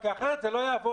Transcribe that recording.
אחרת העסק הזה לא יעבוד.